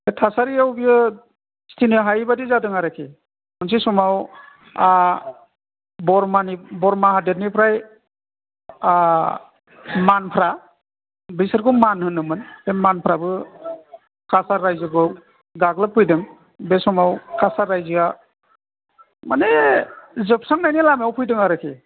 बे थासारियाव बियो उथ्रिनो हायैबादि जादों आरोखि मोनसे समाव बारमानि बारमा हादोरनिफ्राय मानफ्रा बैसोरखौ मान होनोमोन बे मानफ्राबो कासार रायजोखौ गाग्लोबफैदों बे समाव कासार रायजोआ माने जोबस्रांनायनि लामायाव फैदों आरोखि